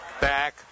back